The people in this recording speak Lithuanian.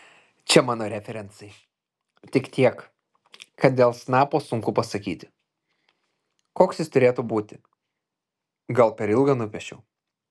čia mano referencai tik tiek kad dėl snapo sunku pasakyti koks jis turėtų būti gal per ilgą nupiešiau